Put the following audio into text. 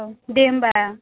औ दे होनब्ला